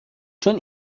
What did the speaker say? چون